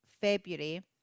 February